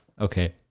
Okay